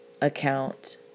account